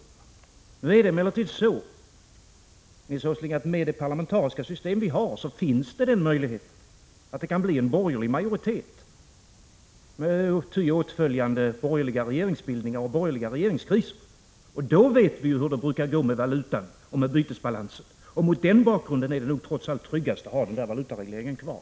Det är emellertid så, Nils G. Åsling, att med det parlamentariska system vi har finns den möjligheten att det kan bli en borgerlig majoritet med ty åtföljande borgerliga regeringsbildningar och borgerliga regeringskriser. Då vet vi ju hur det brukar gå med valutan och med bytesbalansen. Mot den bakgrunden är det nog trots allt tryggast att ha valutaregleringen kvar.